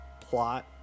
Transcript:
plot